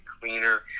cleaner